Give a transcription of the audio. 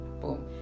Boom